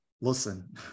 listen